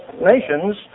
nations